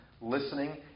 listening